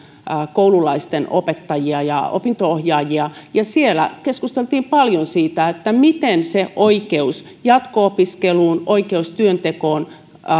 koululaisten opettajia ja opinto ohjaajia ja siellä keskusteltiin paljon siitä miten oikeus jatko opiskeluun oikeus työntekoon